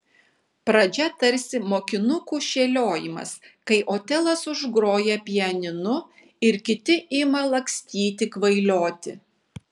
pradžia tarsi mokinukų šėliojimas kai otelas užgroja pianinu ir kiti ima lakstyti kvailioti